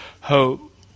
hope